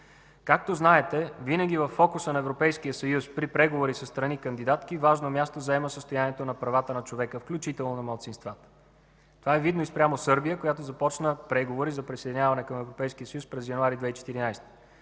Както знаете, винаги във фокуса на Европейския съюз при преговори със страни кандидатки важно място заема състоянието на правата на човека, включително на малцинствата. Това е видно и спрямо Сърбия, която започна преговори за присъединяване към Европейския съюз през месец януари 2014